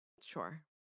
Sure